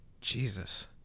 Jesus